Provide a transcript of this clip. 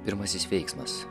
pirmasis veiksmas